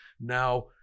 now